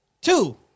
Two